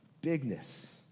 bigness